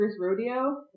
rodeo